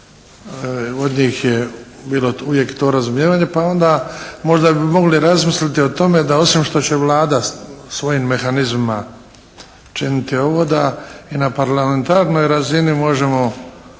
od njih je bilo uvijek to razumijevanje. Pa onda možda bi mogli razmisliti o tome da osim što će Vlada svojim mehanizmima učiniti ovo da i na parlamentarnoj razini možemo razgovarati,